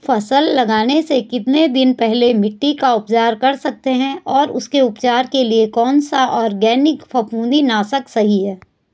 फसल लगाने से कितने दिन पहले मिट्टी का उपचार कर सकते हैं और उसके उपचार के लिए कौन सा ऑर्गैनिक फफूंदी नाशक सही है?